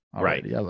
Right